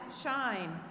shine